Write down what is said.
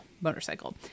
motorcycle